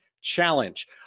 Challenge